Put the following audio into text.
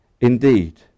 Indeed